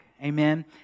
Amen